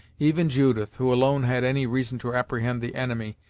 even judith, who alone had any reason to apprehend the enemy,